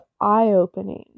eye-opening